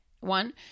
One